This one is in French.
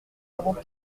avant